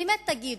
באמת תגידו,